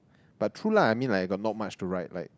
but true lah I mean like got not much to write like